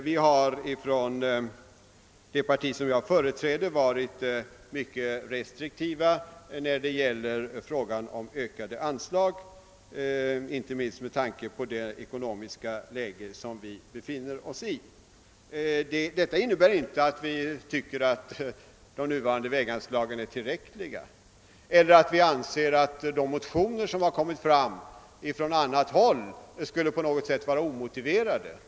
Vi har från det parti jag företräder varit mycket restriktiva i att föreslå ökade anslag, inte minst med tanke på det ekonomiska läge som vi befinner oss i. Detta innebär inte, att vi tycker att de nuvarande väganslagen är tillräckliga eller att vi anser att de motioner som har väckts från annat håll om anslagshöjningar skulle på något sätt vara omotiverade.